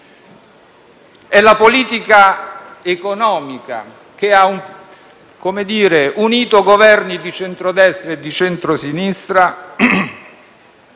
È la politica economica che ha unito Governi di centrodestra e di centrosinistra